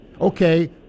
okay